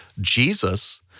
Jesus